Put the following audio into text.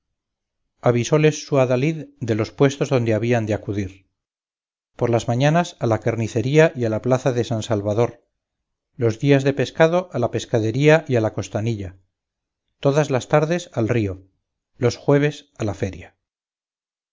avisóles su adalid de los puestos donde habían de acudir por las mañanas a la carnicería y a la plaza de san salvador los días de pescado a la pescadería y a la costanilla todas las tardes al río los jueves a la feria